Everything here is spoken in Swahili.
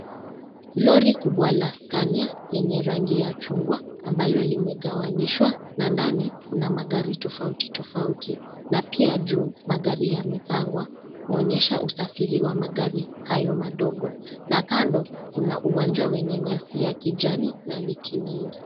Lori kubwa la scania lenye rangi ya chungwa ambalo limegawanishwa na ndani kuna magari tofauti tofauti na pia juu magari yamepangwa kuonyesha usafiri ya magari hayo na kando kuna uwanja wenye nyasi ya kijani na miti mingi.